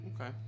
Okay